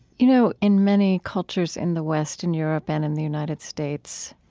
you know in many cultures in the west, in europe and in the united states,